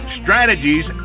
strategies